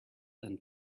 and